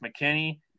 McKinney